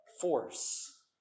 force